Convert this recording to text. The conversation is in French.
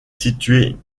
situé